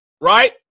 right